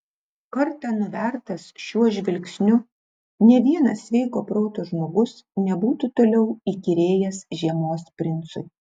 kartą nuvertas šiuo žvilgsniu nė vienas sveiko proto žmogus nebūtų toliau įkyrėjęs žiemos princui